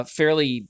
fairly